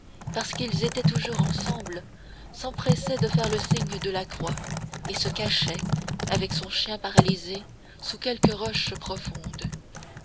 parce qu'ils étaient toujours ensemble s'empressait de faire le signe de la croix et se cachait avec son chien paralysé sous quelque roche profonde